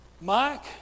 Mike